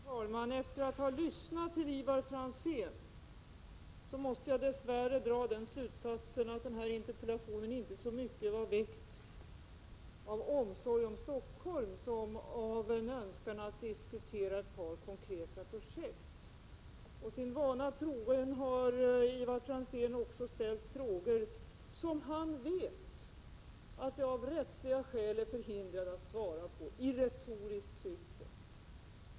Herr talman! Efter att ha lyssnat till Ivar Franzén måste jag dess värre dra den slutsatsen att den här interpellationen inte så mycket var väckt av omsorg om Stockholm som av en önskan att diskutera ett par konkreta åtgärder. Sin vana trogen har Ivar Franzén i retoriskt syfte ställt frågor som han vet att jag av rättsliga skäl är förhindrad att svara på.